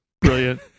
Brilliant